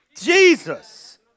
Jesus